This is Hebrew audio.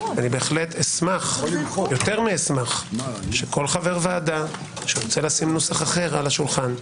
יותר מאשמח שכל חבר ועדה שרוצה לשים נוסח אחר על השולחן,